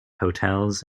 hotels